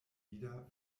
lieder